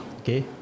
Okay